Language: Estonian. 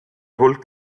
hulk